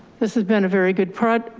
this has been a very good prod,